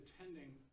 attending